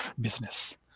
business